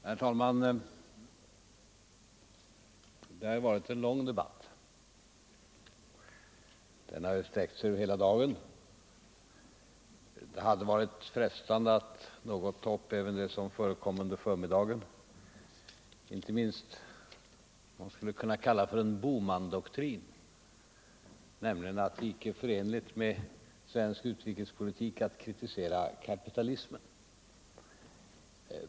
Herr talman! Det har varit en lång debatt, som sträckt sig över hela dagen. Det hade varit mycket frestande att något ta upp även de inlägg som förekom under förmiddagen, inte minst det som man skulle kunna kalla en Bohmandoktrin, nämligen att det icke är förenligt med svensk utrikespolitik att kritisera kapitalismen.